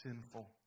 sinful